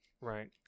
right